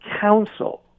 council